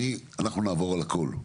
אנחנו נעבור על הכל,